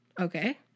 Okay